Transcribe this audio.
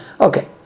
Okay